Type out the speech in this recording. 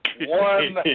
one